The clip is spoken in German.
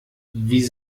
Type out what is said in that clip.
wie